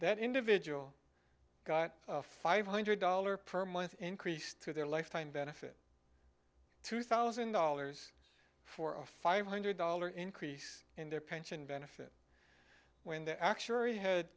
that individual got five hundred dollars per month increase to their lifetime benefit two thousand dollars for a five hundred dollar increase in their pension benefit when the actuary had